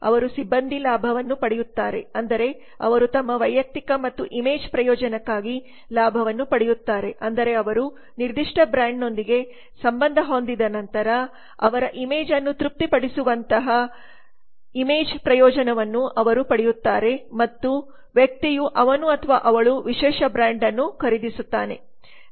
ಅವರು ಸಿಬ್ಬಂದಿ ಲಾಭವನ್ನು ಪಡೆಯುತ್ತಾರೆ ಅಂದರೆ ಅವರು ತಮ್ಮ ವೈಯಕ್ತಿಕ ಮತ್ತು ಇಮೇಜ್ ಪ್ರಯೋಜನಕ್ಕಾಗಿ ಲಾಭವನ್ನು ಪಡೆಯುತ್ತಾರೆ ಅಂದರೆ ಅವರು ನಿರ್ದಿಷ್ಟ ಬ್ರಾಂಡ್ನೊಂದಿಗೆ ಸಂಬಂಧ ಹೊಂದಿದ ನಂತರ ಅವರ ಇಮೇಜ್ ಅನ್ನು ತೃಪ್ತಿಪಡಿಸುವಂತಹ ಚಿತ್ರದ ಪ್ರಯೋಜನವನ್ನು ಅವರು ಪಡೆಯುತ್ತಾರೆ ಮತ್ತು ವ್ಯಕ್ತಿಯು ಅವನು ಅಥವಾ ಅವಳು ವಿಶೇಷ ಬ್ರಾಂಡ್ ಅನ್ನು ಖರೀದಿಸುತ್ತಾಳೆ